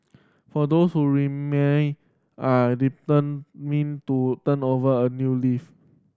for those who remain are determined to turn over a new leaf